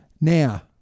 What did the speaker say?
Now